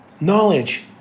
knowledge